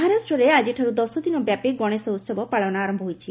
ମହାରାଷ୍ଟ୍ରରେ ଆକ୍ରିଠାରୁ ଦଶଦିନ ବ୍ୟାପି ଗଣେଶ ଉତ୍ସବ ପାଳନ ଆରମ୍ଭ ହୋଇଛି